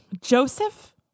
Joseph